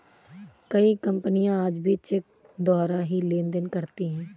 कई कपनियाँ आज भी चेक द्वारा ही लेन देन करती हैं